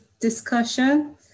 discussion